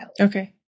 Okay